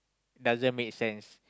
doesn't makes sense